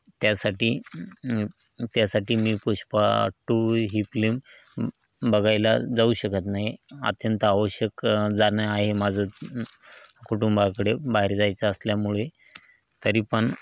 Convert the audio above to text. त्यासाठी त्यासाठी मी पुष्पा टू ही फ्लिम बघायला जाऊ शकत नाही अत्यंत आवश्यक जाणं आहे माझं कुटुंबाकडे बाहेर जायचं असल्यामुळे तरी पण